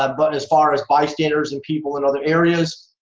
um but as far as bystanders and people in other areas,